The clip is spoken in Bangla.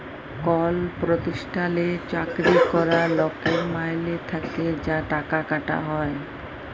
কল পরতিষ্ঠালে চাকরি ক্যরা লকের মাইলে থ্যাকে যা টাকা কাটা হ্যয়